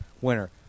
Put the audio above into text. winner